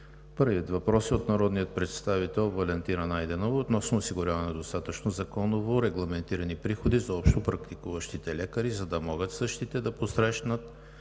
Първият въпрос е от народния представител Валентина Найденова относно осигуряване на недостатъчно законово регламентирани приходи за общопрактикуващите лекари, за да могат същите да посрещнат